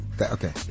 Okay